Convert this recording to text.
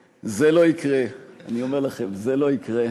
זה לא יקרה, אני אומר לכם, זה לא יקרה.